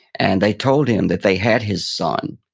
and they told him that they had his son,